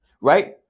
Right